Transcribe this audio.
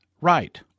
right